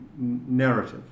narrative